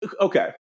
okay